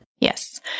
Yes